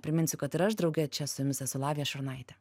priminsiu kad ir aš drauge čia su jumis esu lavija šurnaitė